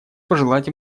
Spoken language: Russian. пожелать